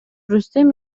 рустем